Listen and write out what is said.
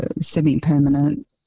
semi-permanent